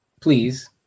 Please